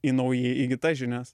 į naujai įgytas žinias